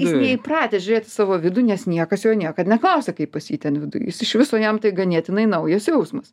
jis neįpratęs žiūrėt į savo vidų nes niekas jo niekad neklausė kaip pas jį ten viduj jis iš viso jam tai ganėtinai naujas jausmas